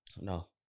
no